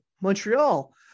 Montreal